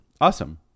awesome